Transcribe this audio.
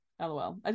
lol